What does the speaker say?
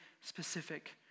specific